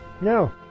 No